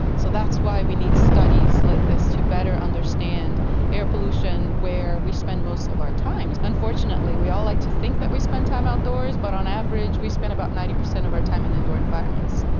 so that's why we need studies like this, to better understand air pollution where we spend most of our time. unfortunately unfortunately we all like to think that we spend time outdoors, but on average we spend about ninety percent of our time in indoor environments.